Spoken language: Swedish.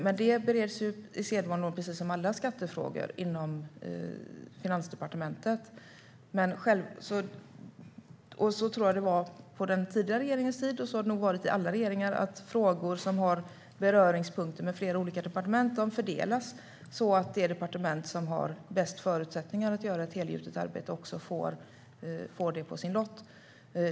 Men precis som alla andra skattefrågor bereds den inom Finansdepartementet, och så tror jag att det var på den tidigare regeringens tid och så har det nog varit på alla regeringars tid, att frågor som har beröringspunkt med flera olika departement fördelas så att det departement som har bäst förutsättningar för att göra ett helgjutet arbete får ärendet på sin lott.